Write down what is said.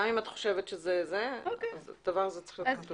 גם אם את חושבת שזה זה הדבר הזה צריך להיות כתוב.